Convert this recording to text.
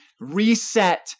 reset